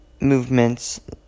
movements